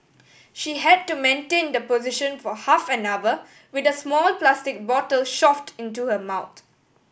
she had to maintain the position for half an hour with a small plastic bottle shoved into her mouth